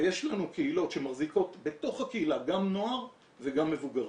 ויש לנו קהילות שמחזיקות בתוך הקהילה גם נוער וגם מבוגרים,